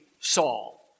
Saul